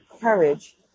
courage